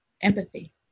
Empathy